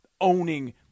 owning